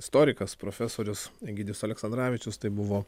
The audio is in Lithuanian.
istorikas profesorius egidijus aleksandravičius tai buvo